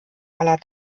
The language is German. aller